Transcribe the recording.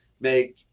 make